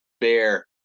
bear